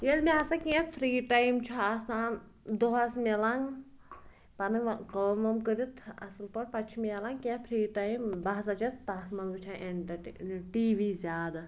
ییٚلہِ مےٚ ہَسا کینٛہہ فری ٹایم چھُ آسان دۄہَس مِلان پَنٕنۍ کٲم وٲم کٔرِتھ اَصٕل پٲٹھۍ پَتہٕ چھِ میلان کینٛہہ فری ٹایم بہٕ ہَسا چھَس تَتھ منٛز وٕچھان ٹی وی زیادٕ